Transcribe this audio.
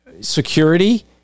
security